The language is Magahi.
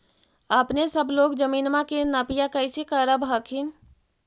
अपने सब लोग जमीनमा के नपीया कैसे करब हखिन?